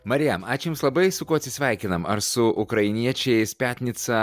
marijam ačiū jums labai su kuo atsisveikinam ar su ukrainiečiais piatnica